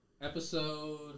Episode